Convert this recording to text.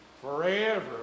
Forever